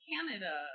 Canada